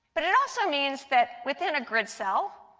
but it also means that, within a grid cell,